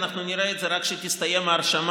אנחנו נראה את זה רק שתסתיים ההרשמה,